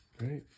Right